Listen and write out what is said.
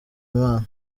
imana